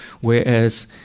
Whereas